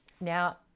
now